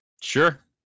Sure